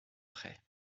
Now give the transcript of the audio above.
prêt